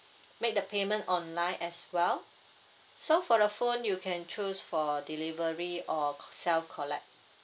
make the payment online as well so for the phone you can choose for delivery or self collect